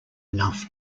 enough